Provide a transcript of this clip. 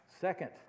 Second